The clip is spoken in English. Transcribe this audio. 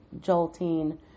Jolting